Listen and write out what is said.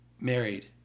married